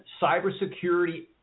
cybersecurity